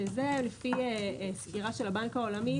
שזה לפי סקירה של הבנק העולמי,